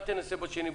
אל תנסה בשני,